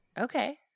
Okay